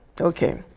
Okay